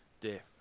death